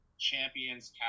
champions